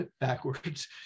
backwards